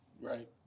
Right